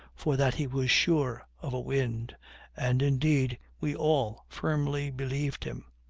for that he was sure of a wind and, indeed, we all firmly believed him.